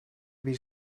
bir